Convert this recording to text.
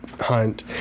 hunt